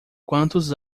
quantos